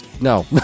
no